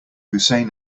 hussein